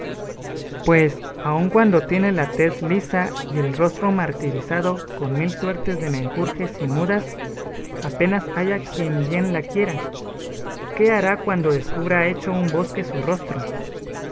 pues aun cuando tiene la tez lisa y el rostro martirizado con mil suertes de menjurjes y mudas apenas halla quien bien la quiera qué hará cuando descubra hecho un bosque su rostro